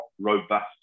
robust